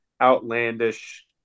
outlandish